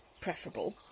preferable